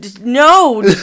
no